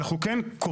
אנחנו כן קובעים